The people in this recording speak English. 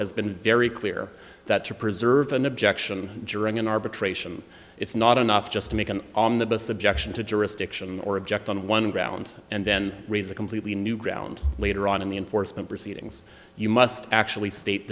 has been very clear that to preserve an objection during an arbitration it's not enough just to make an on the bus objection to jurisdiction or object on one ground and then raise a completely new ground later on in the enforcement proceedings you must actually state